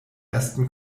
ersten